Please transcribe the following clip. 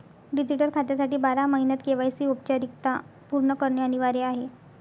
digital खात्यासाठी बारा महिन्यांत के.वाय.सी औपचारिकता पूर्ण करणे अनिवार्य आहे